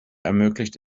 ermöglicht